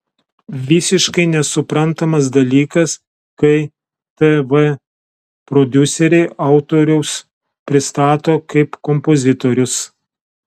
visiškai nesuprantamas dalykas kai tv prodiuseriai autorius pristato kaip kompozitorius